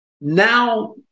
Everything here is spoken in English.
now